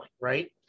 right